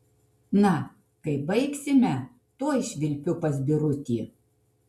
na kai baigsime tuoj švilpiu pas birutį